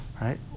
right